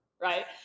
Right